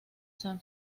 san